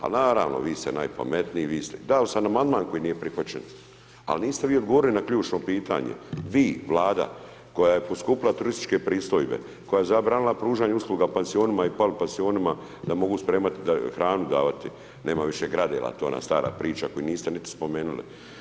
Al' naravno, vi ste najpametniji, vi ste, dao sam amandman koji nije prihvaćen, al' niste vi odgovorili na ključno pitanje, Vi, Vlada koja je poskupila turističke pristojbe, koja je zabranila pružanje usluga pansionima i polupansionima da mogu spremati, hranu davati, nema više gradela, to je ona stara priča koju niste niti spomenuli.